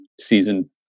season